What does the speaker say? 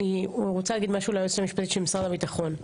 אני רוצה להגיד משהו ליועצת המשפטית של משרד הביטחון.